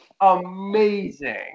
amazing